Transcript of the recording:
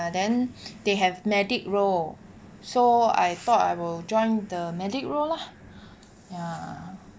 and then they have medic role so I thought I will join the medic role lah ya